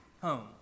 home